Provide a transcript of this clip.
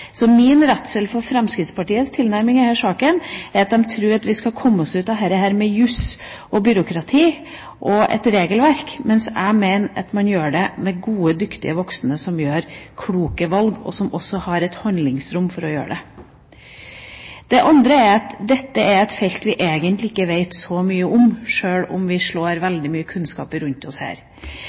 Så min redsel for Fremskrittspartiets tilnærming i denne saken er at de tror at vi skal komme oss ut av dette med jus og byråkrati og et regelverk, mens jeg mener man gjør det med gode, dyktige voksne som tar kloke valg, og som også har et handlingsrom for å gjøre det. Det andre er at dette er et felt vi egentlig ikke vet så mye om, sjøl om vi slår rundt oss med veldig mye kunnskap.